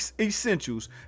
essentials